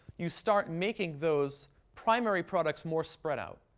you start making those primary products more spread out.